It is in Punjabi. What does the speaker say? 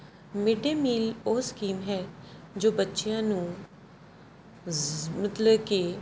ਮਿਡਏ ਮੀਲ ਉਹ ਸਕੀਮ ਹੈ ਜੋ ਬੱਚਿਆਂ ਨੂੰ ਜ਼ ਮਤਲਬ ਕਿ